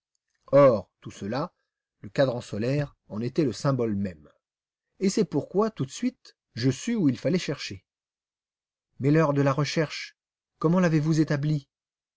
or tout cela le cadran solaire en était le symbole même et c'est pourquoi tout de suite je sus où il fallait chercher mais l'heure de la recherche comme l'avez-vous établie